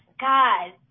God